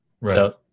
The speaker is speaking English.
Right